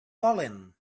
volen